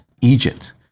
Egypt